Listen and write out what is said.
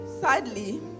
Sadly